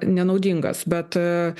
nenaudingas bet